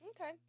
Okay